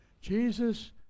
Jesus